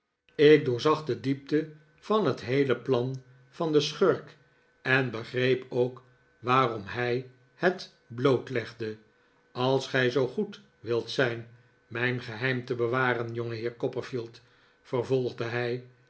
ik doorzag de diepte van het heele plan van den schurk en begreep ook waarom hij het blootlegde als gij zoo goed wilt zijn mijn geheim te bewaren jongeheer copperfield vervolgde hij